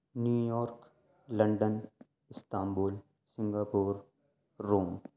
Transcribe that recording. New York London Istanbul Singapore Rome